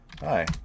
Hi